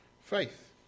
faith